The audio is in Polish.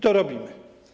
To robimy.